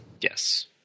Yes